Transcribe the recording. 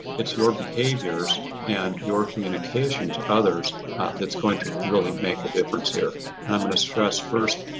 it's your behaviors and your communication to others that's going to really make a difference here. and i'm gonna stress first,